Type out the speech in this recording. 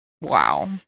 Wow